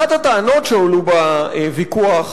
אחת הטענות שהועלו בוויכוח,